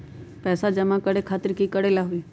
पैसा जमा करे खातीर की करेला होई?